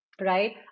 right